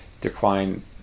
decline